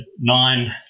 nine